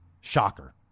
Shocker